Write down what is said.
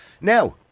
Now